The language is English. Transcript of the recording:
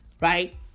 right